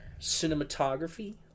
Cinematography